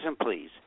please